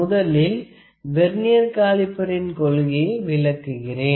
முதலில் வெர்னியர் காலிப்பரின் கொள்கையை விளக்குகிறேன்